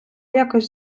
якось